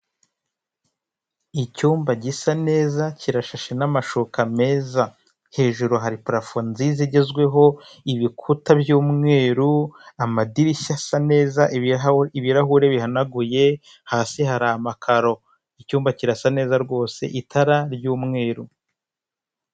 Inzu mberabyombi ikorerwamo inama, hakaba harimo haraberamo inama y'abantu benshi batandukanye, bicaye ku ntebe z'imikara bazengurutse, n'abandi bicaye ku ntebe z'imikara inyuma yabo hari imeza imwe ifite ibara ry'umutuku kuri ayo meza harihoho amatelefone n'amamikoro yo kuvugiramo.